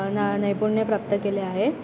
ना नैपुण्य प्राप्त केले आहे